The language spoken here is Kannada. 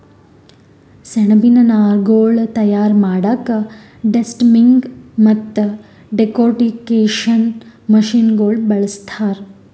ಸೆಣಬಿನ್ ನಾರ್ಗೊಳ್ ತಯಾರ್ ಮಾಡಕ್ಕಾ ಡೆಸ್ಟಮ್ಮಿಂಗ್ ಮತ್ತ್ ಡೆಕೊರ್ಟಿಕೇಷನ್ ಮಷಿನಗೋಳ್ ಬಳಸ್ತಾರ್